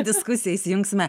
diskusiją įsijungsime